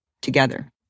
together